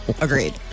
Agreed